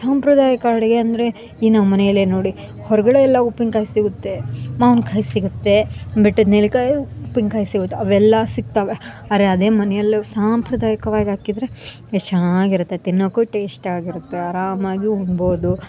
ಸಾಂಪ್ರದಾಯಿಕ ಅಡುಗೆ ಅಂದರೆ ಈಗ ನಾವು ಮನೆಯಲ್ಲೇ ನೋಡಿ ಹೊರಗಡೆ ಎಲ್ಲ ಉಪ್ಪಿನ್ಕಾಯಿ ಸಿಗುತ್ತೆ ಮಾವಿನ್ಕಾಯಿ ಸಿಗುತ್ತೆ ಬೆಟ್ಟದ ನೆಲ್ಲಿಕಾಯೂ ಉಪ್ಪಿನ್ಕಾಯಿ ಸಿಗುತ್ತೆ ಅವೆಲ್ಲ ಸಿಗ್ತವೆ ಅರೆ ಅದೇ ಮನೆಯಲ್ಲೂ ಸಾಂಪ್ರದಾಯಿಕವಾಗಿ ಹಾಕಿದ್ರೆ ಎಷ್ಟು ಚೆನ್ನಾಗಿರುತ್ತೆ ತಿನ್ನೋಕೂ ಟೇಶ್ಟ್ ಆಗಿರುತ್ತೆ ಆರಾಮಾಗಿಯೂ ಉಣ್ಬೋದು